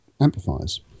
amplifiers